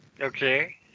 okay